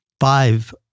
five